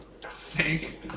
Thank